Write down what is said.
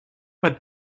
but